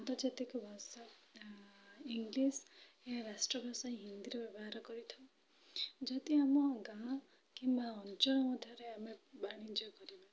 ଆନ୍ତର୍ଜାତିକ ଭାଷା ଇଂଗ୍ଲିଶ୍ ୟା ରାଷ୍ଟ୍ରଭାଷା ହିନ୍ଦୀର ବ୍ୟବହାର କରିଥାଉ ଯଦି ଆମ ଗାଁ କିମ୍ବା ଅଞ୍ଚଳ ମଧ୍ୟରେ ଆମେ ବାଣିଜ୍ୟ କରିବା